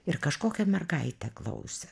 ir kažkokia mergaitė klausė